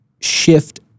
shift